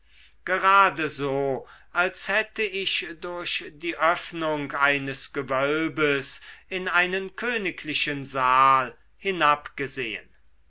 gerade so als hätte ich durch die öffnung eines gewölbes in einen königlichen saal